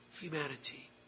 humanity